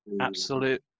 Absolute